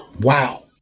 Wow